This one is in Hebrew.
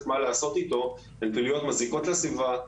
מה לעשות איתו הן פעילויות מזיקות לסביבה,